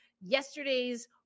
yesterday's